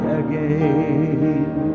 again